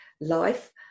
life